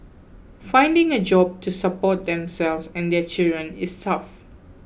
finding a job to support themselves and their children is tough